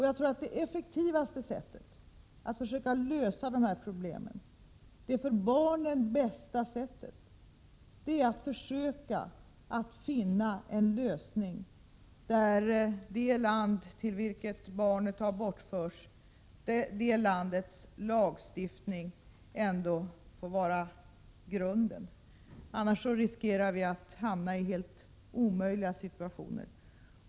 Jag tror att det effektivaste och för barnen bästa sättet att avgöra vårdnadstvister är att försöka finna en lösning där lagstiftningen i det land dit barnet har bortförts ändå får vara grunden. Annars riskerar vi att hamna i helt omöjliga situationer.